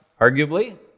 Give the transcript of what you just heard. arguably